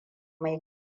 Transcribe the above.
mai